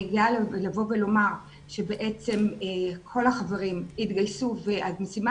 אני גאה לבוא ולומר שבעצם כל החברים התגייסו והמשימה